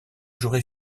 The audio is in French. j’aurai